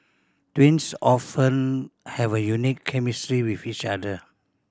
twins often have a unique chemistry with each other